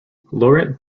laurent